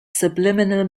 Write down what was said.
subliminal